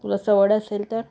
तुला सवड असेल तर